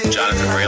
Jonathan